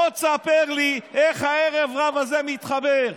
בוא תספר לי איך הערב-רב הזה מתחבר.